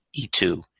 E2